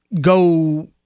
go